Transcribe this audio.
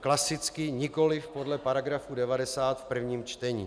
klasicky, nikoliv podle § 90 v prvním čtení.